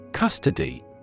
Custody